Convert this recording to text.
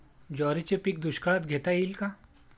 ज्वारीचे पीक दुष्काळात घेता येईल का?